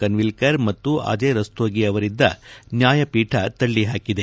ಕನ್ವಿಲ್ಕರ್ ಮತ್ತು ಅಜಯ್ ರಸ್ತೋಗಿ ಅವರಿದ್ದ ನ್ಯಾಯಾಪೀಠ ತಳ್ಳಹಾಕಿದೆ